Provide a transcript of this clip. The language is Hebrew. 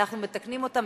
אנחנו מתקנים אותם,